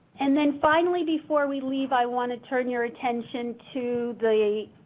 and then finally before we leave i want to turn your attention to the